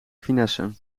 finesse